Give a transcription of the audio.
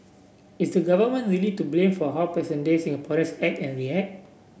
is the Government really to blame for how present day Singaporeans act and react